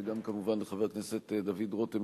וגם כמובן לחבר הכנסת דוד רותם,